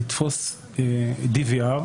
לתפוס DVR,